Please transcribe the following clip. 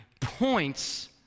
points